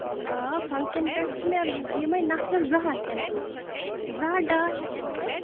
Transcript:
آ فَنٛگشَن پیٚٹھ چھُ مےٚ یِمَے نَفرَس زٕ ہَتھ یِنہٕ وٲلۍ زٕ ہَتھ ڈاے ہَتھ یِنہٕ وٲلۍ